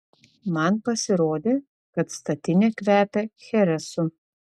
man pasirodė kad statinė kvepia cheresu